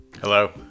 Hello